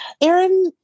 aaron